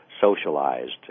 socialized